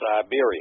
Siberia